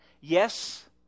Yes